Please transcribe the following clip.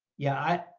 yeah,